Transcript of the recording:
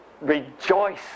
rejoice